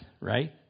right